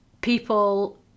people